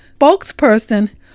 spokesperson